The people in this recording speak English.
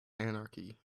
anarchy